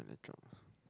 in a job